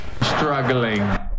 Struggling